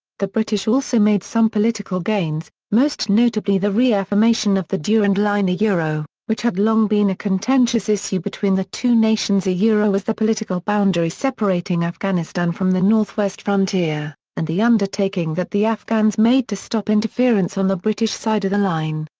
the british also made some political gains, most notably the reaffirmation of the durand line yeah which had long been a contentious issue between the two nations yeah as the political boundary separating afghanistan from the north-west frontier, and the undertaking that the afghans made to stop interference on the british side of the line.